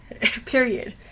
Period